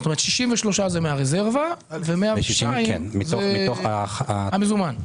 כלומר 63 מיליון שקל זה מהרזרבה הכללית ו-102 מיליון שקל זה המזומן.